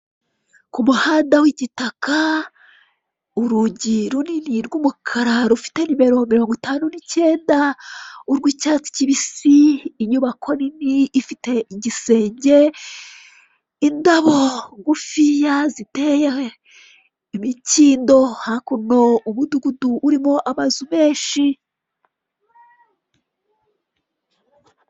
Ku muhanda w'igitaka urugi runini rw'umukara rufite nimero mirongo itanu n'ikenda urw'icyatsi kibisi inyubako nini ifite igisenge, indabo ngufiya ziteyeho imikindo hakurya umudugudu urimo abazu menshi.